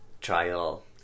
Trial